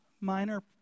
minor